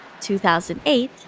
2008